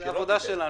זו העבודה שלנו,